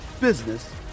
business